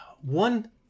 one